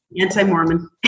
Anti-Mormon